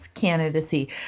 candidacy